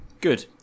Good